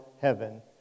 heaven